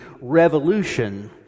revolution